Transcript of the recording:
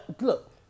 look